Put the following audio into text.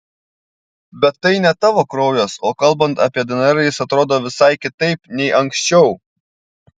bet tai ne tavo kraujas o kalbant apie dnr jis atrodo visai kitaip nei anksčiau